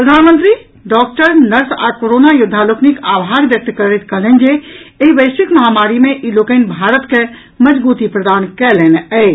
प्रधानमंत्री doctor nurse आ corona योद्वा लोकनिक आभार व्यक्त करैत कहलनि जे एहि वैश्विक महामारी मे ई लोकनि भारत के मजगूती प्रदान कयलनि अछि